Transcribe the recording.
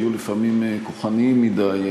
היו לפעמים כוחניים מדי,